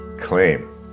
claim